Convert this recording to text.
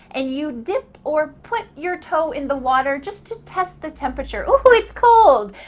and you dip or put your toe in the water, just to test the temperature. oh, it's cold.